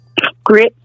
Grit